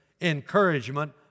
encouragement